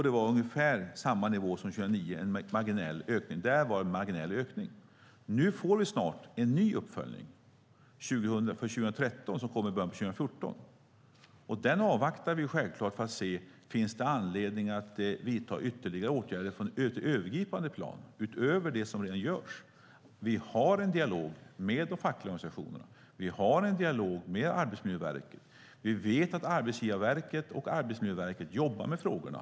Det var ungefär samma nivå som 2009, med bara en marginell ökning. Nu får vi snart en ny uppföljning för 2013. Den kommer i början på 2014. Den avvaktar vi självfallet för att se om det finns anledning att vidta ytterligare åtgärder på ett övergripande plan, utöver det som redan görs. Vi har en dialog med de fackliga organisationerna. Vi har en dialog med Arbetsmiljöverket. Vi vet att Arbetsgivarverket och Arbetsmiljöverket jobbar med frågorna.